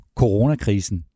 coronakrisen